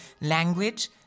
Language